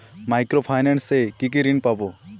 Micro finance এ কি কি ঋণ পাবো?